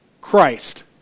Christ